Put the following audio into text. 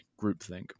groupthink